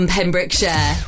Pembrokeshire